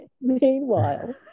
meanwhile